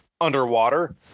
underwater